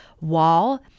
wall